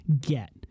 get